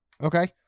Okay